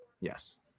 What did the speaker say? Yes